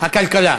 הכלכלה.